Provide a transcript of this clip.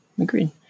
Agreed